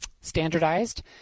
standardized